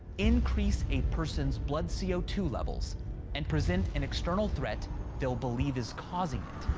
increase a person's blood c o two levels and present an external threat they'll believe is causing it.